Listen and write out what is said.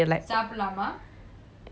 ya I'm I have been selling it